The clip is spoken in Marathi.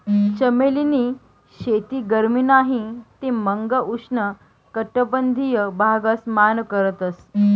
चमेली नी शेती गरमी नाही ते मंग उष्ण कटबंधिय भागस मान करतस